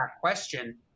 question